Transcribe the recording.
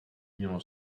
mělo